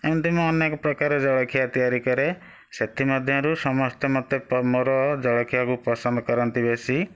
ଏମିତି ମୁଁ ଅନେକ ପ୍ରକାର ଜଳଖିଆ ତିଆରି କରେ ସେଥିମଧ୍ୟରୁ ସମସ୍ତେ ମୋତେ ମୋର ଜଳଖିଆକୁ ପସନ୍ଦ କରନ୍ତି ବେଶୀ